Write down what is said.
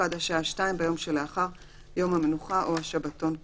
עד השעה 14:00 ביום שלאחר יום המנוחה או השבתון כאמור.